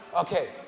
Okay